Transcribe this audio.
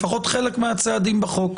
לפחות חלק מהצעדים בחוק.